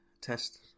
Test